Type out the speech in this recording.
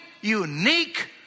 unique